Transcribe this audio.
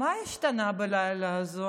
מה השתנה הלילה הזה?